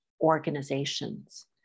organizations